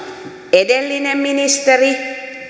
edellinen ministeri